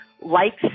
likes